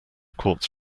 quartz